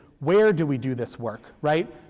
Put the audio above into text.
where do we do this work? right.